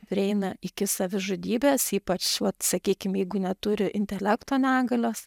prieina iki savižudybės ypač vat sakykim jeigu neturi intelekto negalios